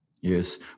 Yes